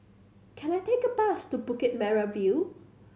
can I take a bus to Bukit Merah View